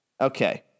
okay